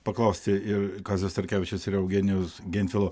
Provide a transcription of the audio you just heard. paklausti ir kazio stankevičiaus ir eugenijaus gentvilo